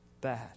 bad